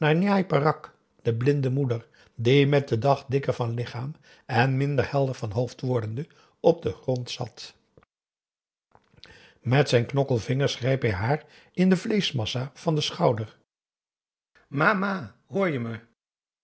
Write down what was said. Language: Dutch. peraq de blinde moeder die met den dag dikker van lichaam en minder helder van hoofd wordende op den grond zat met zijn knokkelvingers greep hij haar in de vleeschmassa van den schouder mâ mâ hoor je me